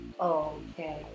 Okay